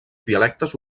dialectes